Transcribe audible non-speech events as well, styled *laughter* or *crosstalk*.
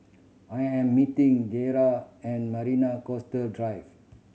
I am meeting *unintelligible* at Marina Coastal Drive